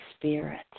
spirit